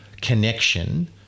connection